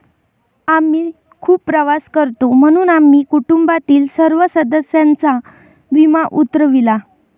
आम्ही खूप प्रवास करतो म्हणून आम्ही कुटुंबातील सर्व सदस्यांचा विमा उतरविला